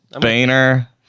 Boehner